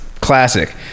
classic